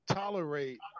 tolerate